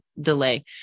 delay